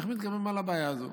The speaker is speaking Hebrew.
איך מתגברים על הבעיה הזאת?